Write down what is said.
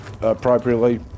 appropriately